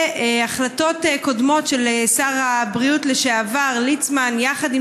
והחלטות קודמות של שר הבריאות לשעבר ליצמן יחד עם